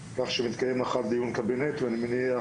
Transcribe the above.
כך שמתקיים מחר דיון קבינט ואני מניח